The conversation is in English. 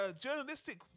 journalistic